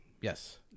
Yes